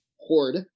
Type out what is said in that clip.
Horde